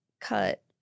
cut